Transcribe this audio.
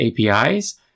APIs